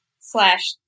Slash